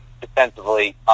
defensively